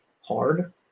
hard